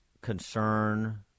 concern